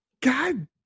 God